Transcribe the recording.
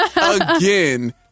again